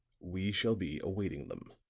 we shall be awaiting them.